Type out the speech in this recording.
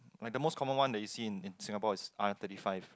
like the most common one that you seen in Singapore is R thirty five